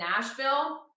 Nashville